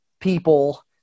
people